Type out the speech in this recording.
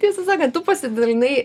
tiesą sakant tu pasidalinai